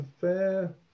fair